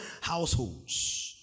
households